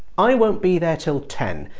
i won't be there till ten,